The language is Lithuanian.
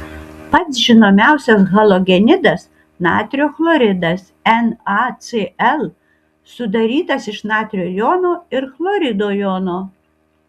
pats žinomiausias halogenidas natrio chloridas nacl sudarytas iš natrio jono ir chlorido jono